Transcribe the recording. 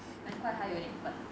难怪它有点笨